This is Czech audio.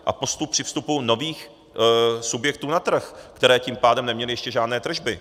A postup při vstupu nových subjektů na trh, které tím pádem neměly ještě žádné tržby.